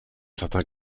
certains